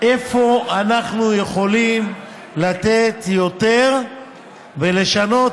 איפה אנחנו יכולים לתת יותר ולשנות